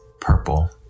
purple